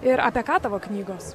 ir apie ką tavo knygos